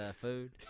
food